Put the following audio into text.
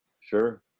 Sure